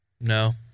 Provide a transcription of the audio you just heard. No